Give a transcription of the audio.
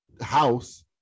house